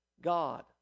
God